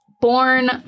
born